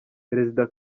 perezida